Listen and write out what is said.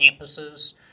campuses